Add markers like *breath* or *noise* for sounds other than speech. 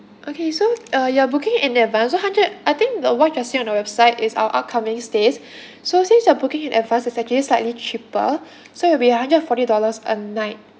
okay so uh you are booking in advance so hundred I think the what you are seeing on the website is our upcoming stays *breath* so since you are booking in advance it's actually slightly cheaper *breath* so it'll be a hundred and forty dollars a night